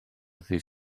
ddydd